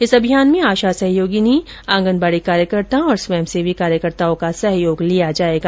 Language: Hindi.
इस अभियान में आशा सहयोगिनी आंगनवाड़ी कार्यकर्ता और स्वयंसेवी कार्यकर्ताओं का सहयोग लिया जाएगा